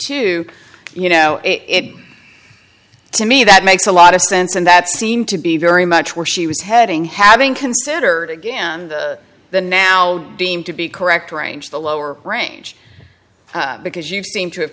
two you know it to me that makes a lot of sense and that seemed to be very much where she was heading having considered again the now deemed to be correct range the lower range because you seem to have